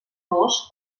dos